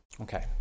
Okay